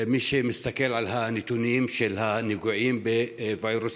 מי שמסתכל על הנתונים של הנגועים בווירוס